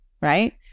Right